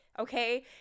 Okay